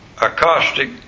acoustic